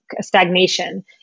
stagnation